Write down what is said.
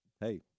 hey